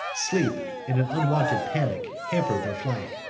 sleep and an unwonted panic hampered their flight.